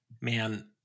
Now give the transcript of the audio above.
man